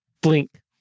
blink